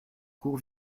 cour